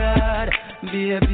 Baby